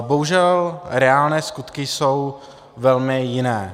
Bohužel reálné skutky jsou velmi jiné.